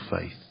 faith